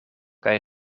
kaj